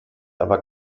aber